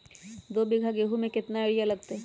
दो बीघा गेंहू में केतना यूरिया लगतै?